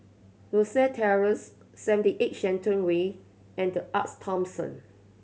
Rosyth Terrace Seventy Eight Shenton Way and The Arte Thomson